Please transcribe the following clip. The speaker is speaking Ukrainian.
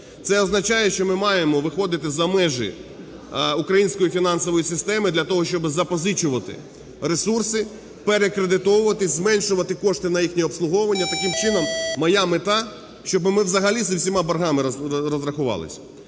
Це означає, що ми маємо виходити за межі української фінансової системи для того, щоб запозичувати ресурси, перекредитовувати, зменшувати кошти на їхнє обслуговування. Таким чином, моя мета, щоб ми взагалі з усіма боргами розрахувались.